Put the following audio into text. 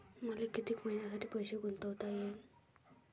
मले कितीक मईन्यासाठी पैसे गुंतवता येईन?